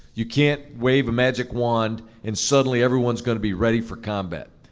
you can't wave a magic wand and suddenly everyone's going to be ready for combat.